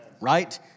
Right